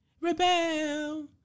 Rebel